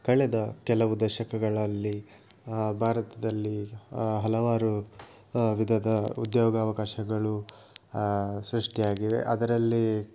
ಕಳೆದ ಕೆಲವು ದಶಕಗಳಲ್ಲಿ ಭಾರತದಲ್ಲಿ ಹಲವಾರು ವಿಧದ ಉದ್ಯೋಗ ಅವಕಾಶಗಳು ಸೃಷ್ಟಿಯಾಗಿವೆ ಅದರಲ್ಲಿ